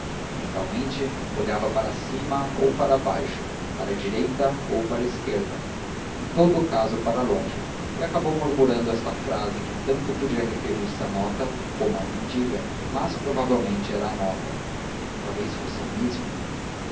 mentalmente olhava para cima ou para baixo para a direita ou para esquerda em todo caso para longe e acabou murmurando esta frase que tanto podia referir-se à nota como à mendiga mas provavelmente era à nota talvez fosse a mesma